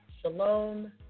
Shalom